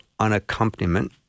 unaccompaniment